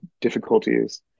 difficulties